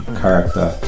character